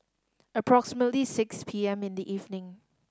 approximately six P M in the evening